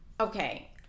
Okay